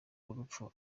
urupfu